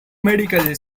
medical